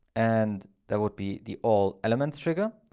and that would be the all elements trigger.